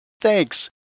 Thanks